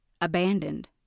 abandoned